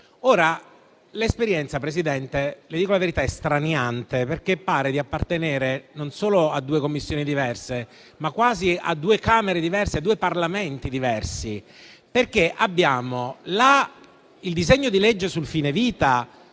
l'esperienza è straniante, perché pare di appartenere non solo a due Commissioni diverse, ma quasi a due Camere diverse e a due Parlamenti diversi. L'*iter* del disegno di legge sul fine vita,